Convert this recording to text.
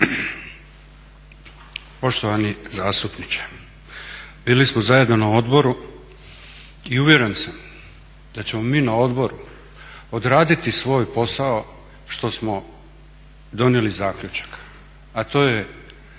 Poštovani zastupniče, bili smo zajedno na odboru i uvjeren sam da ćemo mi na odboru odraditi svoj posao što smo donijeli zaključak, a to je